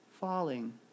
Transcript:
Falling